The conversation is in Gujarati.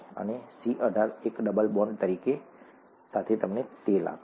અને C18 એક ડબલ બોન્ડ સાથે તમને તેલ આપે છે